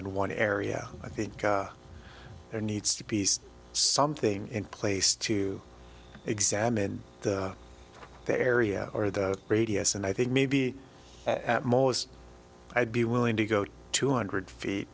in one area i think there needs to be something in place to examine the area or the radius and i think maybe at most i'd be willing to go to two hundred feet